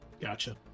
Gotcha